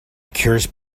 cures